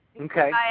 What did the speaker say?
Okay